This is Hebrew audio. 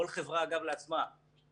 כל חברה אגב לעצמה,